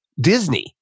Disney